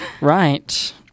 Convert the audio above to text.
Right